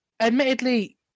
admittedly